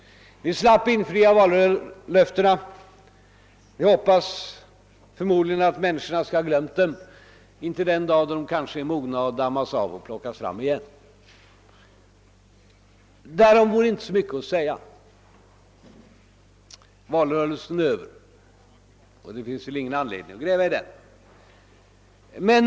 Ni slapp infria vallöftena, och ni hoppas förmodligen att människorna skall ha glömt dem tills den dag kommer då tiden är mogen att damma av dem och plocka fram dem igen. Härom vore inte så mycket att säga; valrörelsen är över, och det finns ingen anledning att gräva ned sig i den.